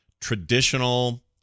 traditional